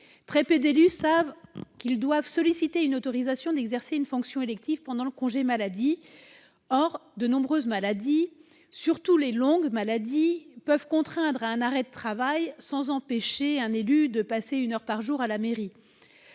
Très peu d'entre eux savent qu'ils doivent solliciter une autorisation d'exercer une fonction élective durant le congé maladie. Or de nombreuses maladies, surtout en cas de longue maladie, peuvent contraindre à un arrêt de travail sans empêcher un élu de passer une heure par jour à la mairie.